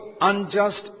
unjust